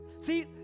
See